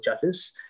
judges